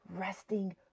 resting